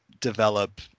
develop